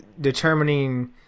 determining